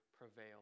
prevail